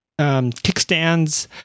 kickstands